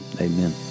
Amen